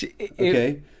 Okay